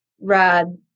RAD